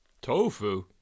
Tofu